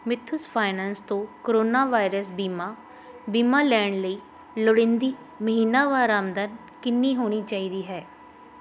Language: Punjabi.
ਮੁਥੂਸ ਫਾਈਨੈਂਸ ਤੋਂ ਕੋਰੋਨਾ ਵਾਇਰਸ ਬੀਮਾ ਬੀਮਾ ਲੈਣ ਲਈ ਲੋੜੀਂਦੀ ਮਹੀਨਾਵਾਰ ਆਮਦਨ ਕਿੰਨੀ ਹੋਣੀ ਚਾਹੀਦੀ ਹੈ